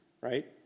right